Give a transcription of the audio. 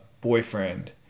boyfriend